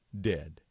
dead